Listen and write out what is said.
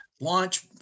launch